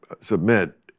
submit